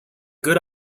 good